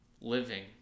living